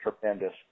tremendous